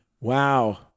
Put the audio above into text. Wow